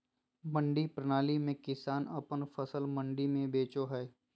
मंडी प्रणाली में किसान अपन फसल मंडी में बेचो हय